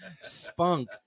spunk